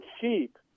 cheap